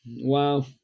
wow